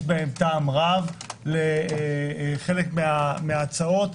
יש טעם רב בחלק מההצעות.